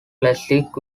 classic